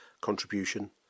contribution